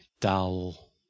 dull